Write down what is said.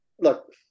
look